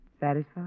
Satisfied